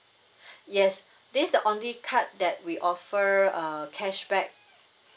yes this the only card that we offer uh cashback